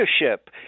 leadership